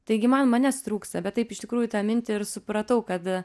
taigi man manęs trūksta bet taip iš tikrųjų tą mintį ir supratau kad